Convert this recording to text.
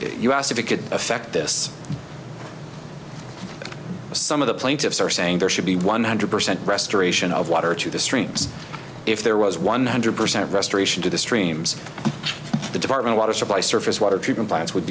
you asked if it could affect this some of the plaintiffs are saying there should be one hundred percent restoration of water to the stream if there was one hundred percent restoration to the streams the department water supply surface water treatment plants would